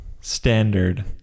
standard